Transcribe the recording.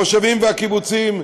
המושבים והקיבוצים,